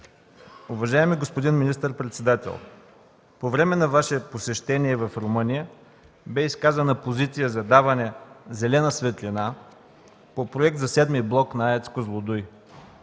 Уважаеми господин министър-председател, по време на Ваше посещение в Румъния бе изказана позиция за даване зелена светлина по проект за Седми блок на АЕЦ „Козлодуй”.